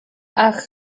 ach